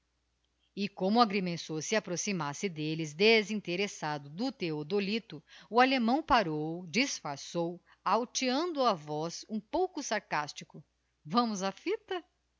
e como o agrimensor se approximasse d'elles desinteressado do theodolito o allemão parou disfarçou alteando a voz um pouco sarcástico vamos á fita